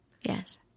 Yes